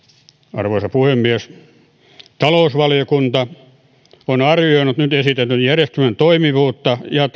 arvoisa puhemies talousvaliokunta on arvioinut nyt esitetyn järjestelmän toimivuutta ja